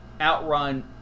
outrun